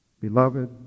Beloved